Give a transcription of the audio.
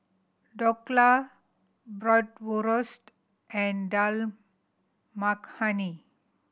Dhokla Bratwurst and Dal Makhani